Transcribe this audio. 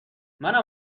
منم